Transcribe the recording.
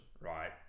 Right